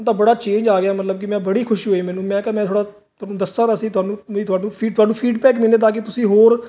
ਤਾਂ ਬੜਾ ਚੇਂਜ ਆ ਗਿਆ ਮਤਲਬ ਕਿ ਮੈਂ ਬੜੀ ਖੁਸ਼ ਹੋਈ ਮੈਨੂੰ ਮੈਂ ਕਿਹਾ ਮੈਂ ਥੋੜਾ ਦੱਸਾ ਾ ਸੀ ਤੁਹਾਨੂੰ ਫਿਰ ਤੁਹਾਨੂੰ ਫੀਡ ਤਾਂ ਇੱਕ ਮਹੀਨੇ ਤਾਂ ਕਿ ਤੁਸੀਂ ਹੋਰ ਇੱਕਦ ਕਮੀ ਦੱਸ ਵੀ ਪਾਵਗਾ ਸ ਨੂੰ ਸੁਧਾਰ ਕਰ ਸਕੋ ਮੈਨੂੰ ਬੋੜੇ ਬੜਾ ਵਧੀਆ ਲੱਗਿਆ